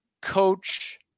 coach